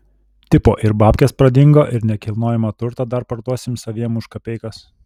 tipo ir babkės pradingo ir nekilnojamą turtą dar parduosim saviem už kapeikas